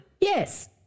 Yes